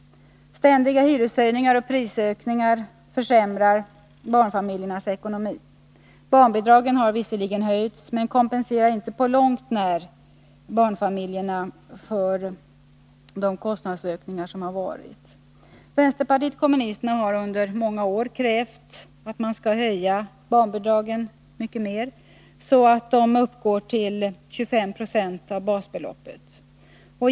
Ständiga hyreshöjningar och prisökningar försämrar barnfamiljernas ekonomi. Barnbidragen har visserligen höjts men kompenserar inte på långt när barnfamiljerna för kostnadsökningarna. Vänsterpartiet kommunisterna har under många år krävt att barnbidragen skall höjas mycket mer, så att de uppgår till 25 96 av basbeloppet.